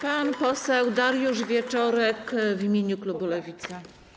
Pan poseł Dariusz Wieczorek w imieniu klubu Lewica.